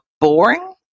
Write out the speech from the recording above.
boring